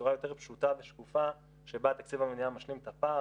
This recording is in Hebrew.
בצורה יותר פשוטה ושקופה שבה תקציב המדינה משלים את הפער.